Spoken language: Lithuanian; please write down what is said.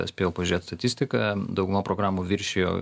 spėjau pažiūrėt statistiką dauguma programų viršijo